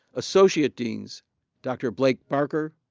associate deans dr. blake barker,